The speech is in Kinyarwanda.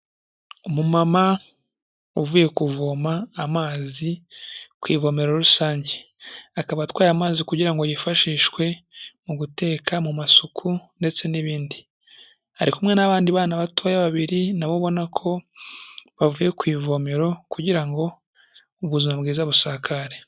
W'umumama uvuye kuvoma amazi, ku ivomero rusange . Akaba arwaye amazi agira ngo yifashishwe, mu guteka , mu masuku ndetse n' ibindi. Arikumwe n' abandi bana batoya babiri nabo ubona ko bavure ku ivomero kugira ngo buzima bwiza busakare.